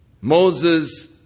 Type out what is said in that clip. Moses